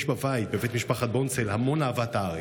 יש בבית, בבית משפחת בונצל, המון אהבת הארץ.